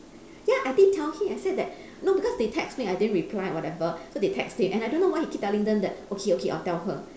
ya I did tell him I say that no because they text me I didn't reply or whatever so they text him and I don't know why he keep telling them that okay okay I'll tell her